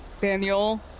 Daniel